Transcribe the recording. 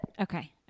Okay